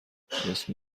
اسم